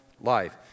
life